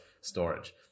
storage